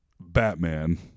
Batman